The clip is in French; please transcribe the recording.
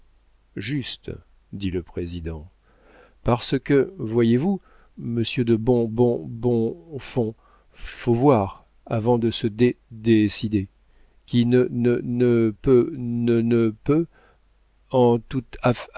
dit le président parce que voyez-vous monsieur de bon bon bon fons faut voir avant de se dé décider qui ne ne ne peut ne ne peut en